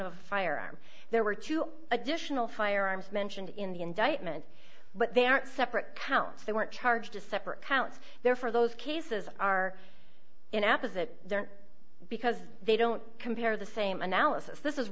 a firearm there were two additional firearms mentioned in the indictment but they are separate counts they weren't charged a separate count there for those cases are in apas that there are because they don't compare the same analysis this is